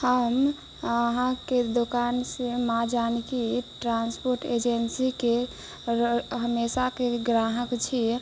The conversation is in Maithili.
हम अहाँके दोकान से माँ जानकी ट्रान्सपोर्ट एजेन्सीके अगर हमेशाके ग्राहक छी